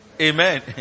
Amen